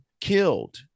killed